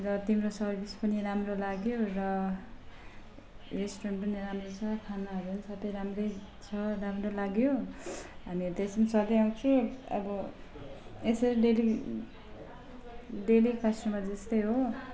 र तिम्रो सर्भिस पनि राम्रो लाग्यो र रेस्टुरेन्ट पनि राम्रै छ खानाहरू सबै राम्रै छ राम्रो लाग्यो हामीहरू त यसै पनि सधैँ आउँछौँ अब यसरी डेली डेली कस्टमर जस्तै हो